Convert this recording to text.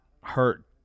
hurt